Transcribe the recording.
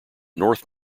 north